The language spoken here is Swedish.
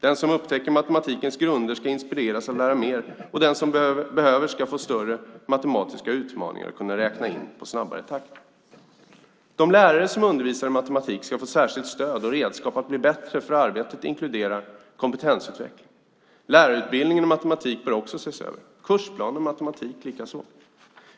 Den som upptäcker matematikens grunder ska inspireras att lära mer, och den som så behöver ska få större matematiska utmaningar och i snabbare takt kunna räkna på. De lärare som undervisar i matematik ska få särskilt stöd och redskapen bli bättre för arbetet, inkluderande kompetensutveckling. Lärarutbildningen i matematik bör också ses över, kursplanerna i matematik likaså.